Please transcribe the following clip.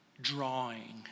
drawing